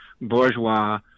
bourgeois